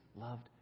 loved